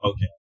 Okay